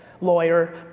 lawyer